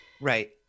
Right